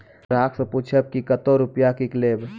ग्राहक से पूछब की कतो रुपिया किकलेब?